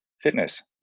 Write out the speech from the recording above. fitness